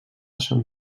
sant